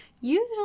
usually